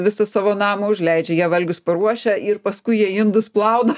visą savo namą užleidžia jie valgius paruošia ir paskui jie indus plauna